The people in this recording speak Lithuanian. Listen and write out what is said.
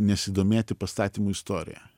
nesidomėti pastatymų istorija